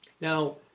Now